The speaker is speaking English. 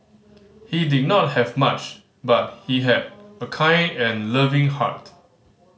he did not have much but he had a kind and loving heart